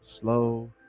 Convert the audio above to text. Slow